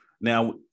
Now